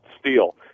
steel